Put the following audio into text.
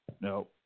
No